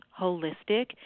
Holistic